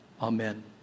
Amen